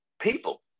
people